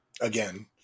Again